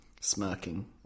smirking